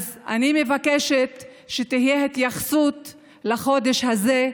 אז אני מבקשת שתהיה התייחסות לחודש הזה,